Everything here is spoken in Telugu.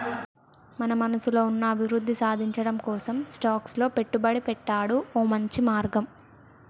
మన మనసులో ఉన్న అభివృద్ధి సాధించటం కోసం స్టాక్స్ లో పెట్టుబడి పెట్టాడు ఓ మంచి మార్గం